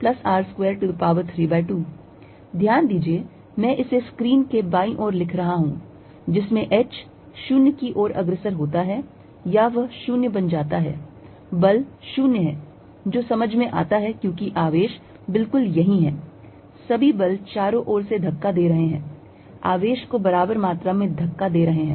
Fvertical2πqλhR4π0h2R232Qqh4π0h2R232 ध्यान दीजिए मैं इसे स्क्रीन के बाईं ओर लिख रहा हूं जिसमें h 0 की ओर अग्रसर होता है या वह 0 बन जाता है बल 0 है जो समझ में आता है क्योंकि आवेश बिल्कुल यहीं है सभी बल चारों ओर से धक्का दे रहे हैं आवेश को बराबर मात्रा में धक्का दे रहे हैं